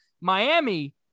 Miami